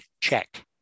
check